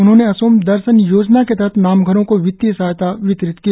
उन्होंने असोम दर्शन योजना के तहत नामघरों को वित्तीय सहायता वितरित किया